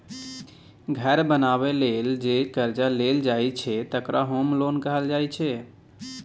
घर बनेबा लेल जे करजा लेल जाइ छै तकरा होम लोन कहल जाइ छै